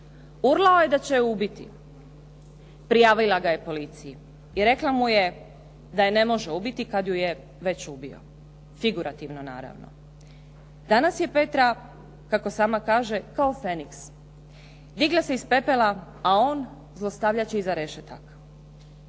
Urlao je da će je ubiti. Prijavila ga je policiji i rekla mu je da je ne može ubiti kad ju je već ubio, figurativno naravno. Danas je Petra kako sama kaže kao feniks. Digla se iz pepela, a on zlostavljač iza rešetaka.